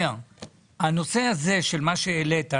הנושא שהעלית,